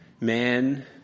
man